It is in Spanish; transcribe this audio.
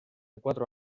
cuatro